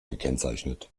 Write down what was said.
gekennzeichnet